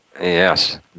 Yes